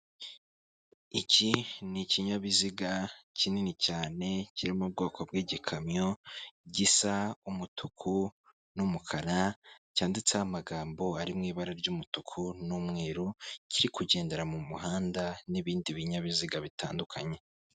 Iki ni ikinyabiziga kinini cyane, kiri mu bwoko bw'igikamyo, gisa umutuku n'umukara ,cyanditseho amagambo ari mu ibara ry'umutuku n'umweru, kiri kugendera mu muhanda n'ibindi binyabiziga bitandukanye.